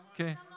okay